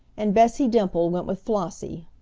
and bessie dimple went with flossie.